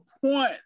point